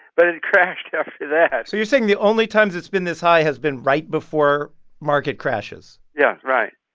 but it crashed after that so you're saying the only times it's been this high has been right before market crashes yes, right,